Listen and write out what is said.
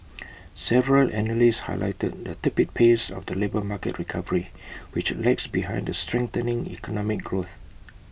several analysts highlighted the tepid pace of the labour market recovery which lags behind the strengthening economic growth